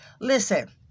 listen